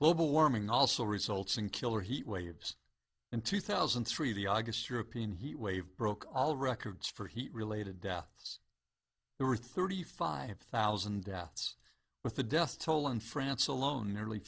global warming also results in killer heat waves in two thousand and three the august european heat wave broke all records for heat related deaths there were thirty five thousand deaths with the death toll in france alone nearly